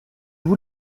vous